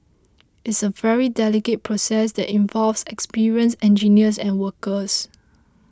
it's a very delicate process that involves experienced engineers and workers